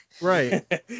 Right